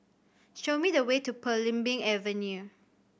show me the way to Belimbing Avenue